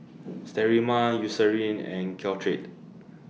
Sterimar Eucerin and Caltrate